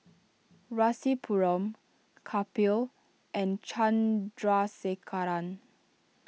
Rasipuram Kapil and Chandrasekaran